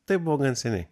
tai buvo gan seniai